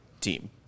team